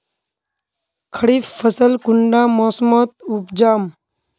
खरीफ फसल कुंडा मोसमोत उपजाम?